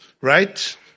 Right